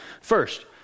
First